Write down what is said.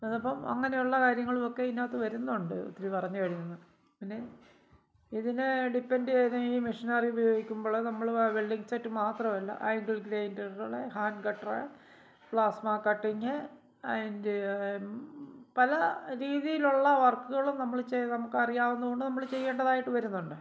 അത് അപ്പം അങ്ങനെ ഉള്ള കാര്യങ്ങളുമൊക്കെ ഇതിനകത്ത് വരുന്നുണ്ട് ഒത്തിരി പറഞ്ഞു കഴിയുന്നത് പിന്നെ ഇതിനെ ഡിപ്പെൻ്റ് ചെയ്ത് ഈ മിഷിനറി ഉപയോഗിക്കുമ്പോൾ നമ്മൾ വെൽഡിങ് സെറ്റ് മാത്രമല്ല ആങ്കിൾ ഗ്രേയ്ൻ്ററുകൾ ഹാൻറ്റ് ഗട്ടറ് പ്ലാസ്മ കട്ടിങ്ങ് അതിൻ്റെ പല രീതിയിലുള്ള വർക്കുകളും നമ്മൾ ചെയ്തു നമുക്ക് അറിയാവുന്നത് കൊണ്ട് നമ്മൾ ചെയ്യേണ്ടതായിട്ട് വരുന്നുണ്ട്